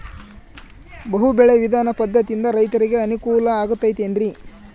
ಬಹು ಬೆಳೆ ವಿಧಾನ ಪದ್ಧತಿಯಿಂದ ರೈತರಿಗೆ ಅನುಕೂಲ ಆಗತೈತೇನ್ರಿ?